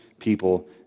People